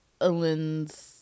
ellen's